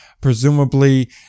Presumably